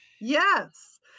Yes